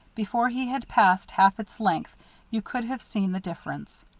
before he had passed half its length you could have seen the difference.